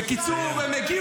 בקיצור, הם הגיע